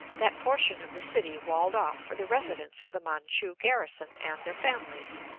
that portion of the city walled off for the residence of the manchu garrison and their families.